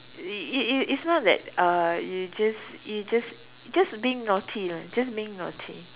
it it it it's not that uh you just you just just being naughty ah just being naughty